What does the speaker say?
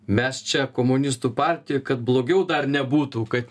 mes čia komunistų partija kad blogiau dar nebūtų kad